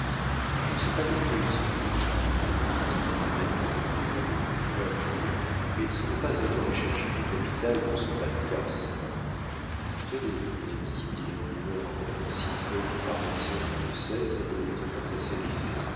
je ne sais pas de quoi il s'occupe répondit-il prudemment en trouvant le bourgeois muet mais ce n'est pas un homme à chercher des capitales dans son bas de casse tenez mon ami dit l'imprimeur en prenant six feuilles du paroissien du diocèse et les tendant à